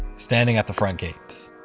standing at the front gates.